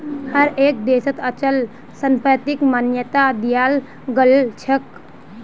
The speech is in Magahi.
हर एक देशत अचल संपत्तिक मान्यता दियाल गेलछेक